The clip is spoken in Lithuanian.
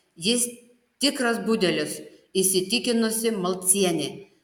jis tikras budelis įsitikinusi malcienė